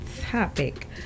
topic